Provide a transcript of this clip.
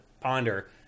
ponder